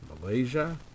Malaysia